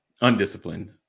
undisciplined